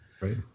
right